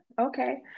Okay